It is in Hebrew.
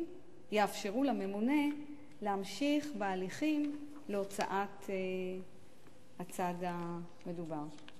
יאפשרו לממונה להמשיך בהליכים להוצאת הצו המדובר.